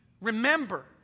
remember